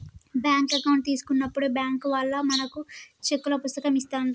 bank account తీసుకున్నప్పుడే bank వాళ్ళు మనకు చెక్కుల పుస్తకం ఇస్తాండ్రు